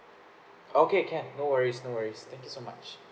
okay can no worries no worries thank you so much